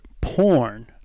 porn –